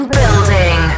building